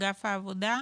אגף העבודה.